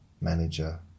manager